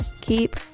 keep